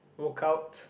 work out